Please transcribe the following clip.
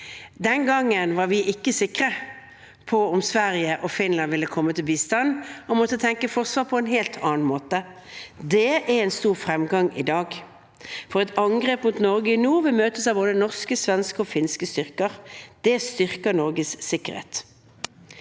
Den gangen var vi ikke sikre på om Sverige og Finland ville komme med bistand, og vi måtte tenke forsvar på en helt annen måte. Det har vært en stor fremgang til i dag. Et angrep mot Norge nå vil møtes av både norske, svenske og finske styrker. Det styrker Norges sikkerhet.